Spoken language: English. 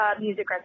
music